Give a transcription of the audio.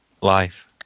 life